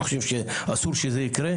אני חושב שאסור שזה יקרה.